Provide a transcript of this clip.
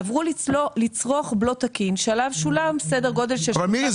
עברו לצרוך בלו תקין שעליו שולם סדר גודל -- מירי,